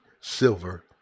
silver